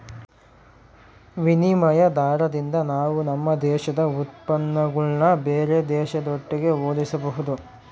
ವಿನಿಮಯ ದಾರದಿಂದ ನಾವು ನಮ್ಮ ದೇಶದ ಉತ್ಪನ್ನಗುಳ್ನ ಬೇರೆ ದೇಶದೊಟ್ಟಿಗೆ ಹೋಲಿಸಬಹುದು